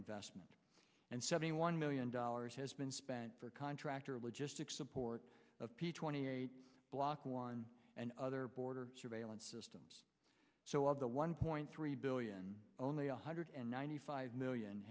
investment and seventy one million dollars has been spent for contractor logistics support of p twenty eight block one and other border surveillance systems so of the one point three billion only a hundred and ninety five million